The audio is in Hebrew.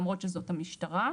למרות שזאת המשטרה.